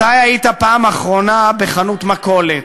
מתי היית בפעם האחרונה בחנות מכולת?